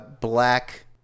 Black